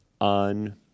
on